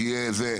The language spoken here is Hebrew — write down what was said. שיהיה זה.